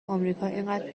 امریکااینقدر